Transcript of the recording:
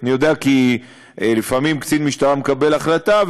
כי לפעמים קצין משטרה מקבל החלטה,